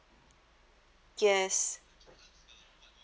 yes